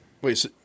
Wait